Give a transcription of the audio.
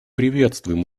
приветствуем